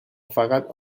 فقط